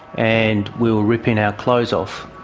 and we were ripping our clothes off,